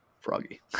Froggy